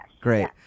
Great